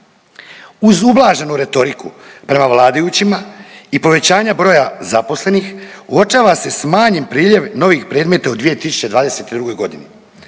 uz ublaženu retoriku prema vladajućima i povećanja broja zaposlenih uočava se smanjen priljev novih predmeta u 2022.g.